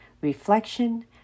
reflection